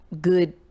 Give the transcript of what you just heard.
good